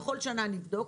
בכל שנה נבדוק,